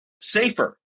safer